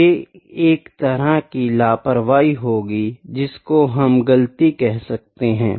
ये एक तरह की लापरवाही होगी जिसको हम गलती कहा सकते है